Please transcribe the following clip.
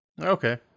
Okay